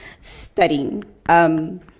studying